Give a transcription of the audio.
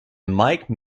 mike